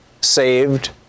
saved